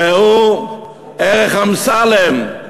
ראו ערך: אמסלם,